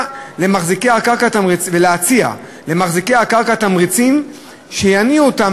ולהציע למחזיקי הקרקע תמריצים שיניעו אותם